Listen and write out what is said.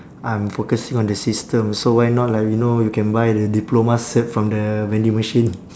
I'm focusing on the system so why not like you know you can buy the diploma cert from the vending machine